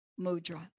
mudra